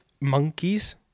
monkeys